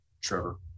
Trevor